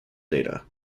data